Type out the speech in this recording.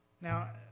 Now